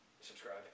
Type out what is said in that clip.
Subscribe